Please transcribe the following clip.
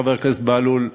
חבר הכנסת בהלול,